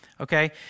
Okay